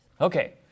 okay